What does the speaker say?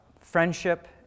friendship